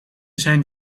zijn